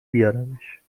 بیارمش